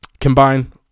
combine